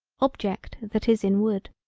object that is in wood.